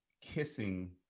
kissing